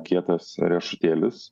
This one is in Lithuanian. kietas riešutėlis